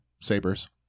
sabers